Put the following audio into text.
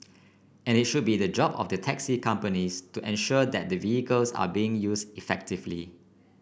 and it should be the job of the taxi companies to ensure that the vehicles are being used effectively